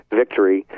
victory